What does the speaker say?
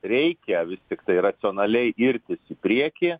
reikia vis tiktai racionaliai irtis į priekį